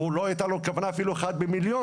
הוא לא הייתה לו כוונה אפילו אחת במיליון.